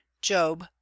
Job